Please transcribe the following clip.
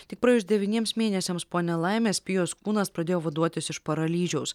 tik praėjus devyniems mėnesiams po nelaimės pijos kūnas pradėjo vaduotis iš paralyžiaus